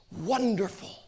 wonderful